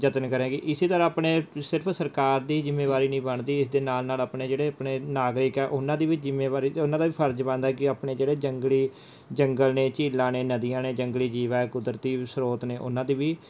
ਯਤਨ ਕਰੇਗੀ ਇਸ ਤਰ੍ਹਾਂ ਆਪਣੇ ਸਿਰਫ਼ ਸਰਕਾਰ ਦੀ ਜ਼ਿੰਮੇਵਾਰੀ ਨਹੀਂ ਬਣਦੀ ਇਸ ਦੇ ਨਾਲ ਨਾਲ ਆਪਣੇ ਜਿਹੜੇ ਆਪਣੇ ਨਾਗਰਿਕ ਹੈ ਉਹਨਾਂ ਦੀ ਵੀ ਜ਼ਿੰਮੇਵਾਰੀ ਉਹਨਾਂ ਦਾ ਵੀ ਫਰਜ਼ ਬਣਦਾ ਹੈ ਕਿ ਆਪਣੇ ਜਿਹੜੇ ਜੰਗਲੀ ਜੰਗਲ ਨੇ ਝੀਲਾਂ ਨੇ ਨਦੀਆਂ ਨੇ ਜੰਗਲੀ ਜੀਵ ਹੈ ਕੁਦਰਤੀ ਸਰੋਤ ਨੇ ਉਨ੍ਹਾਂ ਦੇ ਵੀ